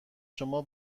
شما